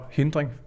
hindring